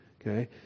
okay